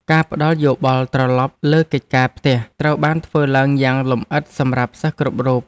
ការផ្តល់យោបល់ត្រឡប់លើកិច្ចការផ្ទះត្រូវបានធ្វើឡើងយ៉ាងលម្អិតសម្រាប់សិស្សគ្រប់រូប។